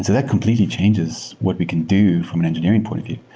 that completely changes what we can do from an engineering point of view.